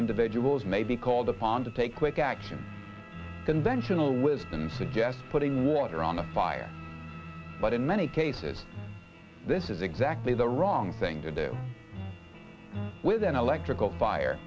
individuals may be called upon to take quick action conventional wisdom suggests putting water on the fire but in many cases this is exactly the wrong thing to do with an electrical fire